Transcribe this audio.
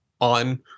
on